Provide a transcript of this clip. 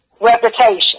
reputation